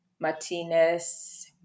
Martinez